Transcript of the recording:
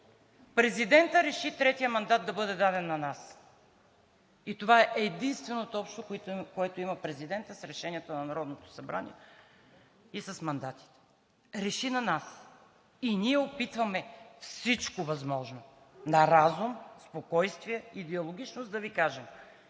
Президентът реши третият мандат да бъде даден на нас. И това е единственото общо, което има президентът с решението на Народното събрание и с мандатите. Реши на нас. И ние опитваме всичко възможно – на разум, спокойствие и диалогичност да Ви кажем: